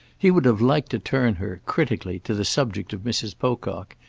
he would have liked to turn her, critically, to the subject of mrs. pocock,